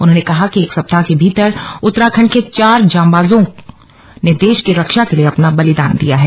उन्होंने कहा कि एक सप्ताह के भीतर उत्तराखण्ड के चौर जांबाजों ने देश की रक्षा के लिए अपना बलिदान दिया है